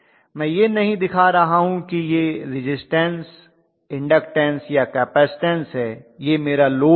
मैं यह नहीं दिखा रहा हूं कि यह रिज़िस्टन्स इन्डक्टन्स या कपैसिटन्स है यह मेरा लोड है